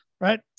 right